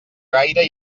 gaire